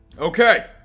Okay